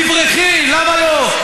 תברחי, למה לא?